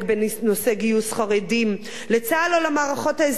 גיוס חרדים לצה"ל או למערכות האזרחיות,